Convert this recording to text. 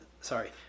sorry